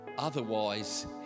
otherwise